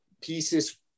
pieces